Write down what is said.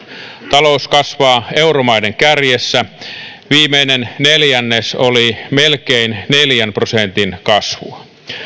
talous kasvaa euromaiden kärjessä viimeinen neljännes oli melkein neljän prosentin kasvua